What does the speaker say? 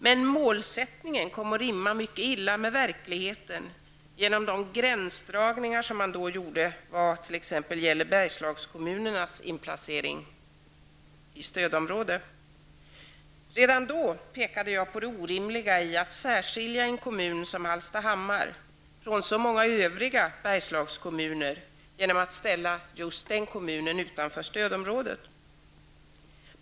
Men målsättningen kom att rimma mycket illa med verkligheten genom de gränsdragningar som man gjorde t.ex. vad gäller Bergslagskommunernas inplacering i stödområde. Redan då pekade jag på det orimliga i att särskilja en kommun som Bergslagskommuner, genom att ställa just den kommunen utanför stödområdet.